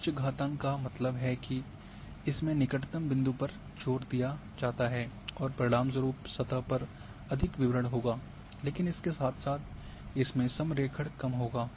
उच्च घातांक का मतलब है कि इसमें निकटतम बिंदु पर जोर दिया जाता है और परिणामस्वरूप सतह पर अधिक विवरण होगा लेकिन इसके साथ साथ इसमे समरेखण कम होगा